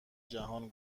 جهان